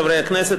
חברי הכנסת,